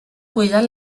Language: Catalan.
cuidar